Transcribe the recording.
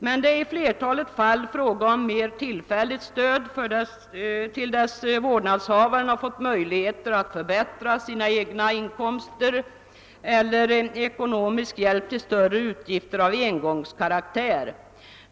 Men det var i flertalet fall fråga om mer tillfälligt stöd, till dess vårdnadshavaren fått möjlighet att förbättra sina egna inkomster, eller om ekonomisk hjälp till större utgifter av engångskaraktär.